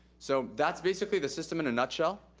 so that's basically the system in a nutshell.